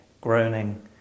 groaning